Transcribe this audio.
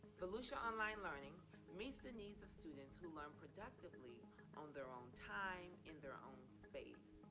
volusia online learning meets the needs of students who learn productively on their own time, in their own space.